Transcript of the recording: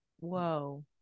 Whoa